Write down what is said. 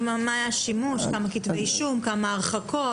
כמה הרחקות?